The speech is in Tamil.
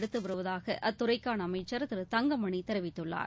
எடுத்து வருவதாக அத்துறைக்கான அமைச்சர் திரு தங்கமணி தெரிவித்துள்ளார்